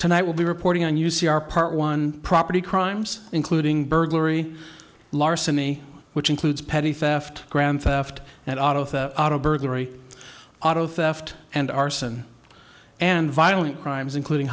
tonight will be reporting on u c r part one property crimes including burglary larceny which includes petty theft grand theft auto theft auto burglary auto theft and arson and violent crimes including